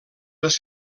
les